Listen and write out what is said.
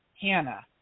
Hannah